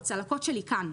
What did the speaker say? הצלקות שלי כאן,